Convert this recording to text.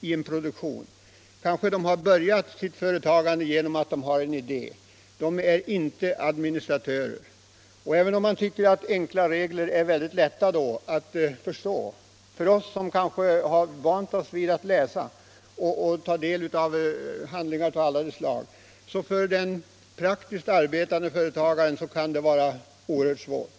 i produktionen. De kanske har börjat sitt företagande genom att de fått en idé, de är inte administratörer. Även om man tycker att reglerna är enkla och lätta att förstå för oss, som vant oss vid att läsa och ta del av handlingar av alla de slag, så kan detta för den praktiskt arbetande företagaren vara oerhört svårt.